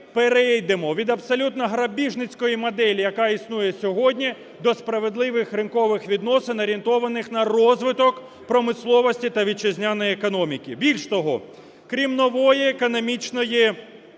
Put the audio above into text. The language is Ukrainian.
перейдемо від абсолютно грабіжницької моделі, яка існує сьогодні, до справедливих ринкових відносин, орієнтованих на розвиток промисловості та вітчизняної економіки. Більш того, крім нової економічної моделі